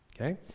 okay